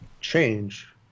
change